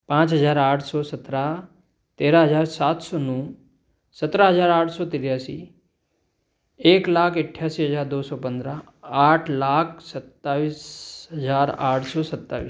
पाँच हज़ार आठ सौ सत्रह तेरह हज़ार सात सौ नौ सत्रह हज़ार आठ सौ तिरयासी एक लाख एट्ठासी हज़ार दो सौ पंद्रह आठ लाख सत्ताईस हज़ार आठ सौ सत्ताईस